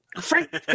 Frank